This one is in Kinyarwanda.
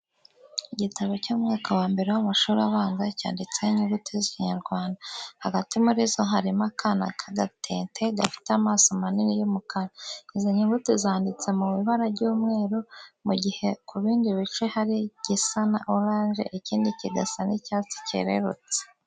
Igitabo cyo mu mwaka wa mbere w'amashuri abanza cyanditseho inyuguti z'Ikinyarwanda. Hagati muri zo harimo akana k'agatente gafite amaso manini y'umukara. Izi nyuguti zanditse mu ibara ry'umweru, mu gihe ku bindi bice hari igisa na oranje, ikindi kigasa n'icyatsi cyerurutse.